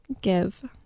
Give